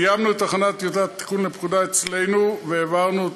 סיימנו את הכנת טיוטת התיקון לפקודה אצלנו והעברנו אותה,